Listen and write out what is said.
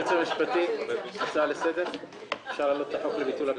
ההחלטה התקבלה.